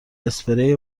اسپری